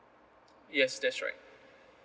yes that's right